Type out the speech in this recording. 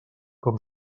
com